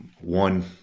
one